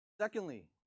Secondly